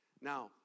Now